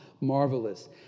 marvelous